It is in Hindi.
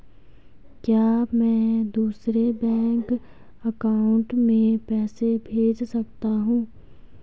क्या मैं दूसरे बैंक अकाउंट में पैसे भेज सकता हूँ?